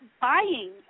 buying